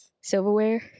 Silverware